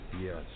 Yes